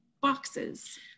boxes